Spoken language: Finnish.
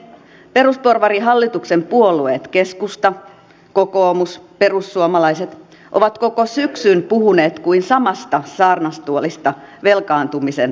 perusporvarihallituksen puolueet keskusta kokoomus perussuomalaiset ovat koko syksyn puhuneet kuin samasta saarnastuolista velkaantumisen vaaroista